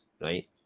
right